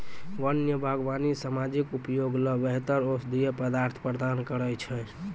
वन्य बागबानी सामाजिक उपयोग ल बेहतर औषधीय पदार्थ प्रदान करै छै